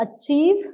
achieve